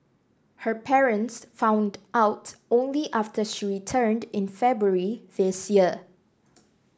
her parents found out only after she returned in February this year